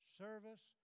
service